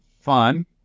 fun